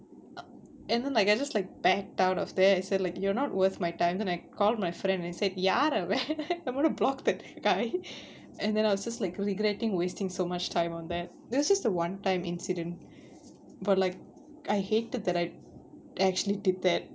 err and then like I just like backed out of there and said you're not worth my time then I called my friend and said யார் அவன்:yaar avan I'm going to block that guy and then I was just like regretting wasting so much time on that it was just a one time incident but like I hated that I actually did that